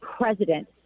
president